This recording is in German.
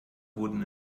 wurden